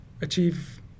achieve